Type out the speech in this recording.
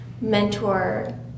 mentor